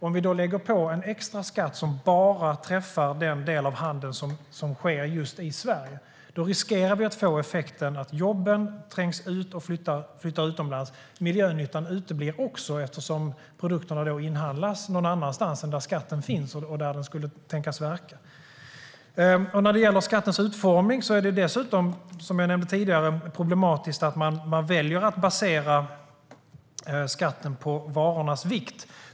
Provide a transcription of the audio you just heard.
Om vi då lägger på en extra skatt som bara träffar den del av handeln som sker just i Sverige riskerar vi att effekten blir att jobben trängs ut och flyttar utomlands. Miljönyttan uteblir också, eftersom produkterna då inhandlas någon annanstans än där skatten finns och där den var tänkt att ge verkan. När det gäller skattens utformning är det som sagt dessutom problematiskt att man väljer att basera den på varornas vikt.